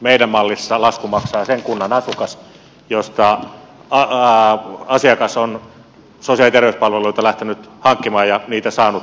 meidän mallissamme laskun maksaa sen kunnan vahvan peruskunnan asukas josta asiakas on sosiaali ja terveyspalveluita lähtenyt hankkimaan ja niitä saanut